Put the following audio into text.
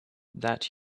that